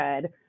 good